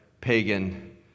pagan